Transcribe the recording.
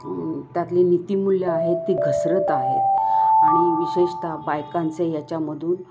त्यातले नीतीमूल्यं आहेत ती घसरत आहेत आणि विशेषताः बायकांचे याच्यामधून